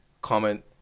comment